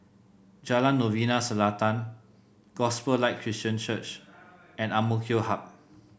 Jalan Novena Selatan Gospel Light Christian Church and Ang Mo Kio Hub